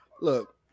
look